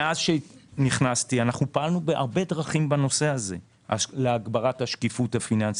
מאז שנכנסתי פעלנו בהרבה דרכים בנושא הזה להגברת השקיפות הפיננסית,